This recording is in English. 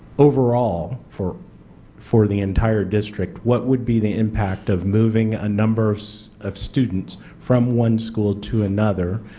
overall, for for the entire district what would be the impact of moving a number of students from one school to another?